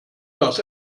das